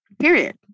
Period